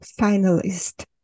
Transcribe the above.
finalist